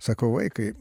sakau vaikai